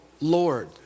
Lord